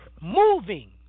moving